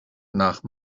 nach